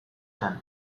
zen